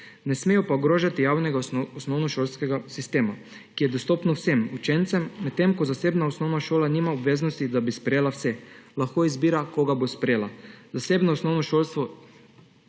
Ne smejo pa ogrožati javnega osnovnošolskega sistema, ki je dostopno vsem učencem, medtem ko zasebna osnovna šola nima obveznosti, da bi sprejela vse, lahko izbira, koga to sprejela. Zasebno osnovnošolstvo